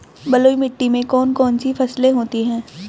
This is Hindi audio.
बलुई मिट्टी में कौन कौन सी फसलें होती हैं?